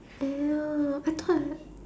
!aiyo! I thought